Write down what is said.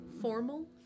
Formal